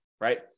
right